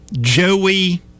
Joey